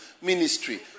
ministry